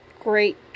great